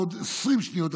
עוד 20 שניות,